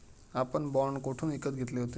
आपण बाँड कोठून विकत घेतले होते?